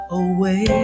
away